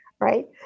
right